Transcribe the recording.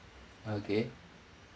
okay